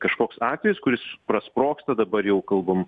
kažkoks atvejis kuris prasprogsta dabar jau kalbam